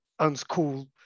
unschool